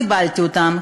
קיבלתי אותן,